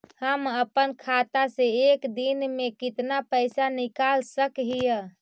हम अपन खाता से एक दिन में कितना पैसा निकाल सक हिय?